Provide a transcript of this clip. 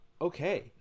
okay